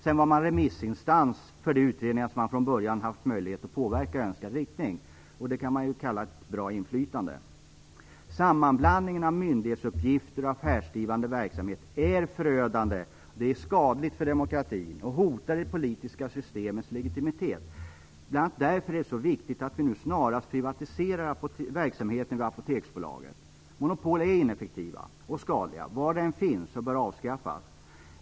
Sedan var man också remissinstans för de utredningar som man från början haft möjlighet att påverka i önskad riktning. Det kan man kalla ett bra inflytande. Sammanblandningen av myndighetsuppgifter och affärsdrivande verksamhet är förödande och skadlig för demokratin och hotar det politiska systemets legitimitet. Bl.a. därför är det så viktigt att vi snarast privatiserar verksamheten vid Apoteksbolaget. Monopol är ineffektiva och skadliga var de än finns, och de bör avskaffas.